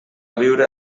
viure